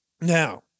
Now